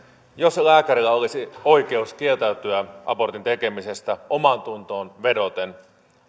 jos lääkärillä olisi oikeus kieltäytyä abortin tekemisestä omaantuntoon vedoten